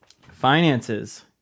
finances